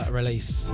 release